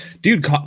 dude